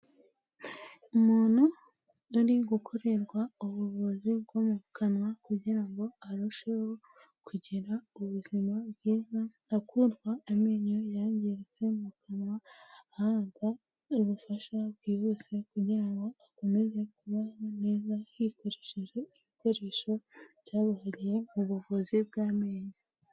Umuntu ari gukorerwa ubuvuzi bwo mu kanwa kugira ngo arusheho kugira ubuzima bwiza, akurwa amenyo yangiritse mu kanwa, ahabwa ubufasha bwihuse kugira ngo akomeze kubaho neza, hifashishijwe ibikoresho byabuhariwe mu buvuzi bw'amenyo.